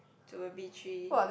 to a b-three